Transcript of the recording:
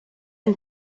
and